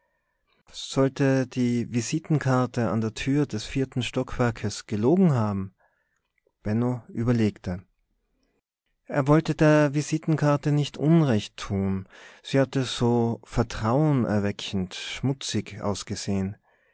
sollte die visitenkarte an der tür des vierten stockwerkes gelogen haben benno überlegte er wollte der visitenkarte nicht unrecht tun sie hatte so vertrauenerweckend schmutzig ausgesehen